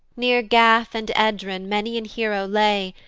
near gath and edron many an hero lay,